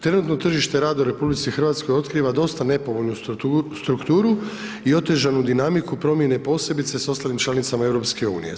Trenutno tržište rada u RH otkriva dosta nepovoljnu strukturu i otežanu dinamiku promjene posebice sa ostalim članicama EU-a.